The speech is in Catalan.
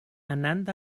anant